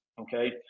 okay